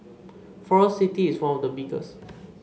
Forest City is one of the biggest